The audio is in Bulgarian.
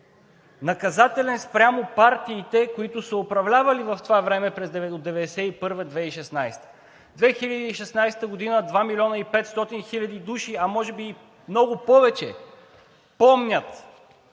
Наказателен спрямо партиите, които са управлявали през това време – от 1991 до 2016 г. През 2016 г. 2 милиона и 500 хиляди души, а може би и много повече помнят